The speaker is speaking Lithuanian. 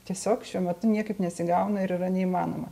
tiesiog šiuo metu niekaip nesigauna ir yra neįmanoma